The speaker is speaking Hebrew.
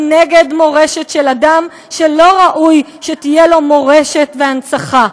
היא נגד מורשת של אדם שלא ראוי שיהיו לו מורשת והנצחה.